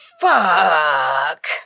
Fuck